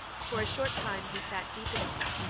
for a short time he sat deep in thought,